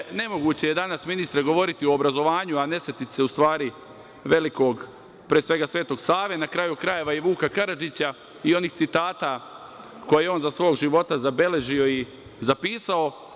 Naime, nemoguće je danas, ministre, govoriti o obrazovanju a ne setiti se velikog Svetog Save i, na kraju krajeva, Vuka Karadžića i onih citata koje je on za svog života zabeležio i zapisao.